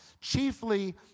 chiefly